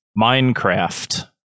Minecraft